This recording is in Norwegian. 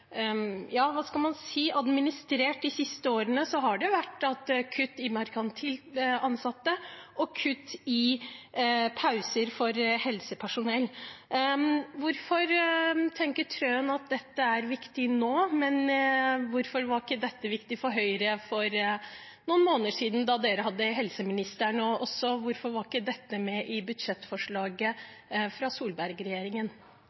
ja, hva skal man si – administrert de siste årene, er det at det har vært kutt i merkantilt ansatte og kutt i pauser for helsepersonell. Hvorfor tenker Trøen at dette er viktig nå, og hvorfor var det ikke viktig for Høyre for noen måneder siden, da de hadde helseministeren, og hvorfor var det ikke med i